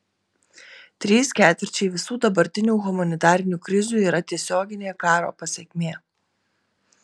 trys ketvirčiai visų dabartinių humanitarinių krizių yra tiesioginė karo pasekmė